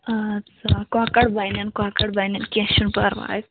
آدٕ سا کۄکَر بَنن کۄکَر بَنن کیٚنہہ چھُنہٕ پرواے